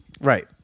right